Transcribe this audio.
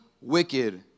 wicked